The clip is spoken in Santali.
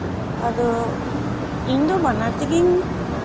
ᱟᱫᱚ ᱤᱧᱫᱚ ᱵᱟᱱᱟᱨ ᱛᱮᱜᱤᱧ